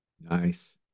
Nice